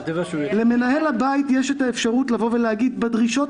למנהל הבית יש אפשרות להגיד שבדרישות